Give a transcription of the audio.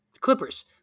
Clippers